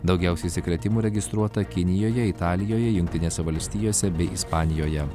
daugiausiai užsikrėtimų registruota kinijoje italijoje jungtinėse valstijose bei ispanijoje